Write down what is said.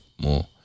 more